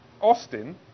Austin